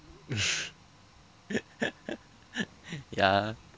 ya